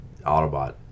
Autobot